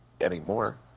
anymore